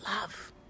Love